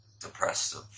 depressive